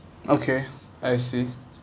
okay I see